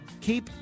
Keep